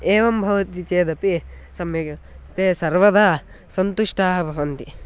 एवं भवति चेदपि सम्यक् ते सर्वदा सन्तुष्टाः भवन्ति